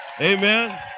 Amen